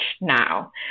now